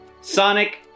Sonic